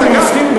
אני מסכים.